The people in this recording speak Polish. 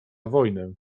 wojnę